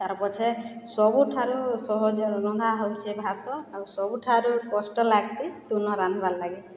ତାର୍ ପଛେ ସବୁଠାରୁ ସହଜ ରନ୍ଧା ହଉଛେ ଭାତ ଆଉ ସବୁଠାରୁ କଷ୍ଟ ଲାଗ୍ସି ତୁନ ରାନ୍ଧବାର୍ ଲାଗି